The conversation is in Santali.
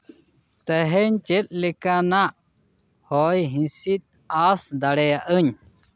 ᱛᱮᱦᱮᱧ ᱪᱮᱫ ᱞᱮᱠᱟᱱᱟᱜ ᱦᱚᱭ ᱦᱤᱸᱥᱤᱫ ᱟᱸᱥ ᱫᱟᱲᱭᱟᱜᱼᱟᱹᱧ